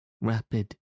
rapid